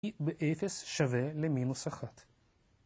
E ב-0 שווה למינוס 1.